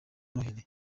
noheli